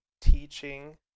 teaching